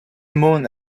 moon